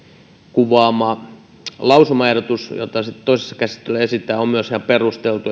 kuvaama lausumaehdotus jota sitten toisessa käsittelyssä esitetään on myös ihan perusteltu